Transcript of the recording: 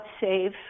Save